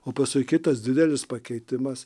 o paskui kitas didelis pakeitimas